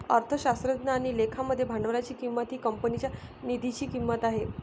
अर्थशास्त्र आणि लेखा मध्ये भांडवलाची किंमत ही कंपनीच्या निधीची किंमत आहे